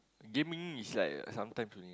gaming is like sometimes only